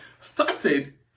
started